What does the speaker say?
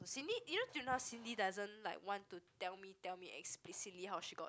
Cindy you know till now Cindy doesn't like want to tell me tell me explicitly how she got it